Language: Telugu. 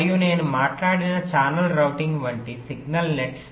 మరియు నేను మాట్లాడిన ఛానల్ రౌటింగ్ వంటి సిగ్నల్ నెట్స్